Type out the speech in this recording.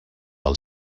del